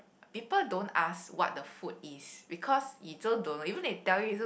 people don't ask what the food is because you also don't know even if they tell you you also